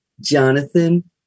Jonathan